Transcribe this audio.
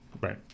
Right